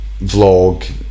vlog